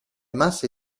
masse